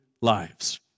lives